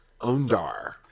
Ondar